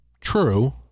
true